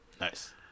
Nice